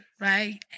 right